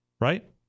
right